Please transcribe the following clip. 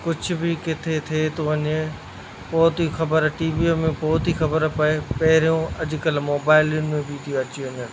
कुझु बि किथे थिए थो वञे पोइ थी ख़बर टीवीअ में पोइ थी ख़बर पए पहिरियों अॼुकल्ह मोबाइलुनि में बि थी अची वञनि